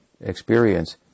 experience